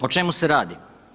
O čemu se radi?